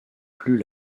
plus